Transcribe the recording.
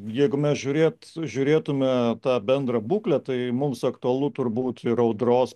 jeigu mes žiūrėt žiūrėtume tą bendrą būklę tai mums aktualu turbūt ir audros